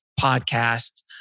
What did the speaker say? podcasts